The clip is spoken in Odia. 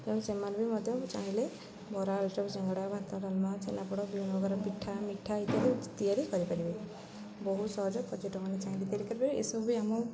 ତେଣୁ ସେମାନେ ବି ମଧ୍ୟ ଚାହିଁଲେ ବରା ଆଳୁଚପ ସିଙ୍ଗଡ଼ା ଭାତ ଡାଲମା ଛେନାପୋଡ଼ ବିଭିନ୍ନ ପ୍ରକାର ପିଠା ମିଠା ଇତ୍ୟାଦି ତିଆରି କରିପାରିବେ ବହୁତ ସହଜ ପର୍ଯ୍ୟଟକ ମାନେ ଚାହିଁ ତିଆରି କରିପାରିବେ ଏସବୁ ବି ଆମ